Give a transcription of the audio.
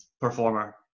performer